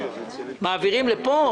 מעבירים לפה?